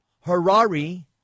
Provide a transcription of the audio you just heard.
Harari